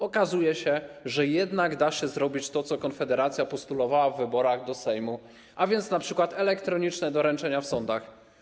Okazuje się, że jednak da się zrobić to, co Konfederacja postulowała w wyborach do Sejmu, a więc np. chodzi o elektroniczne doręczenia w sądach.